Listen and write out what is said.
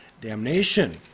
damnation